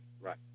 right